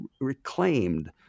reclaimed